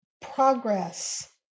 progress